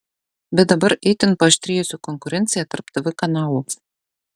bet dabar itin paaštrėjusi konkurencija tarp tv kanalų